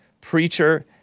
preacher